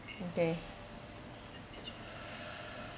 okay